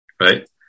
right